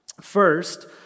First